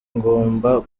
ngomba